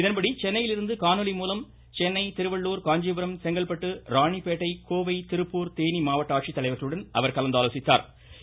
இதன்படி சென்னையிலிருந்து காணொலி மூலம் சென்னை திருவள்ளுர் காஞ்சிபுரம் செங்கல்பட்டு ராணிப்பேட்டை கோவை திருப்பூர் தேனி மாவட்ட ஆட்சித்தலைவா்களுடன் அவா் கலந்தாலோசித்தாா்